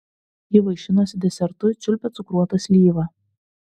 ji vaišinosi desertu čiulpė cukruotą slyvą